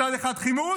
מצד אחד חימוש,